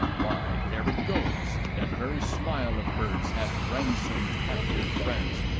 why, there it goes! that very smile of hers hath ransomed captive france,